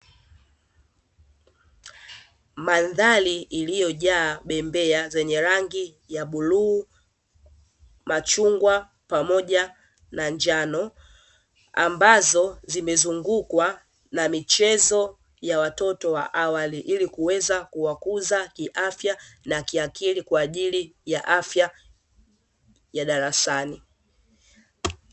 Mandhari iliyojaa bembea zenye rangi ya bluu, machungwa pamoja na njano, ambazo zimezungukwa na michezo ya watoto wa awali, ili kuweza kuwakuza kiafya na kiakili kwaajili ya afya ya darasani.